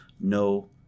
no